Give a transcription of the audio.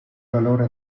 valore